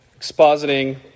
expositing